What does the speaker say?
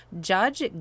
Judge